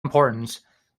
importance